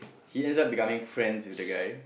he ends up becoming friends what that guy